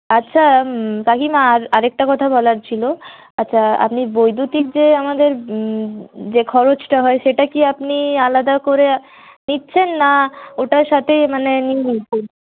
আচ্ছা কাকিমা আরেকটা কথা বলার ছিল আচ্ছা আপনি বৈদ্যুতিক যে আমাদের যে খরচটা হয় সেটা কি আপনি আলাদা করে নিচ্ছেন না ওটার সাথেই মানে নিয়ে নিচ্ছেন